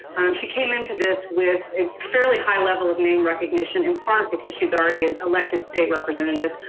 she came into this with a fairly high level of name recognition in part because she's already an elected state representative,